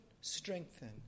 strengthen